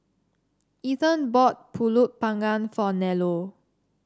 Ethan bought pulut panggang for Nello